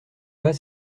pas